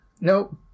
Nope